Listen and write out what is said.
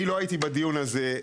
אני לא הייתי בדיון הזה,